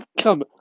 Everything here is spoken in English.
come